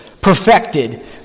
perfected